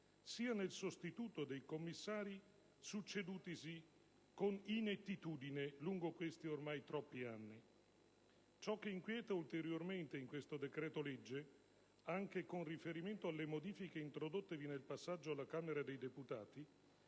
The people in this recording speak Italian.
sia nel sostituto dei commissari succedutisi con inettitudine lungo questi ormai troppi anni. Ciò che inquieta ulteriormente in questo decreto-legge, anche con riferimento alle modifiche introdottevi nel passaggio alla Camera dei deputati,